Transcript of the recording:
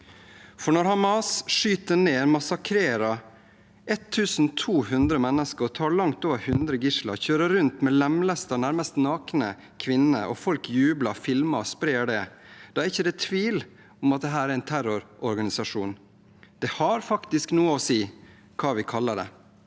Når Hamas skyter ned og massakrerer 1 200 mennesker og tar langt over hundre gisler, kjører rundt med lemlestede, nærmest nakne kvinner, og folk jubler og filmer og sprer det, da er det ingen tvil om at dette er en terrororganisasjon. Det har faktisk noe å si hva vi kaller det.